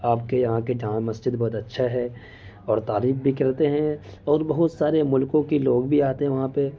آپ کے یہاں کے جامع مسجد بہت اچھا ہے اور تعریف بھی کرتے ہیں اور بہت سارے ملکوں کے لوگ بھی آتے وہاں پہ